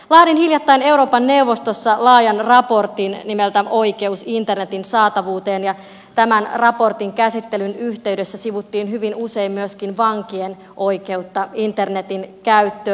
laadin hiljattain euroopan neuvostossa laajan raportin nimeltä oikeus internetin saatavuuteen ja tämän raportin käsittelyn yhteydessä sivuttiin hyvin usein myöskin vankien oikeutta internetin käyttöön